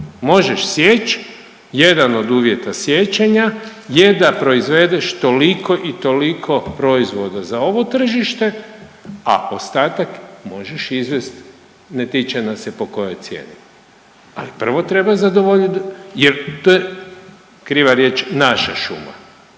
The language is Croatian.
možeš sjeć, jedan od uvjeta siječenja je da proizvedeš toliko i toliko proizvoda za ovo tržište, a ostatak možeš izvest ne tiče nas se po kojoj cijeni. Ali prvo treba zadovoljit, kriva riječ naša šuma.